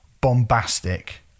bombastic